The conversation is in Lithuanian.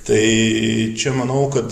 tai čia manau kad